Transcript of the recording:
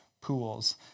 pools